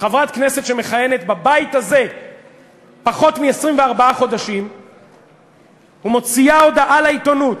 חברת כנסת שמכהנת בבית הזה פחות מ-24 חודשים ומוציאה הודעה לעיתונות,